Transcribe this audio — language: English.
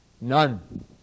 None